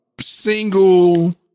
single